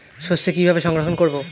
সরষে কিভাবে সংরক্ষণ করব?